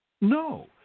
No